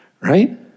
right